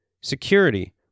Security